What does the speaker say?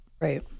Right